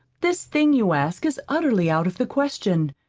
this thing you ask is utterly out of the question.